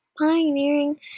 pioneering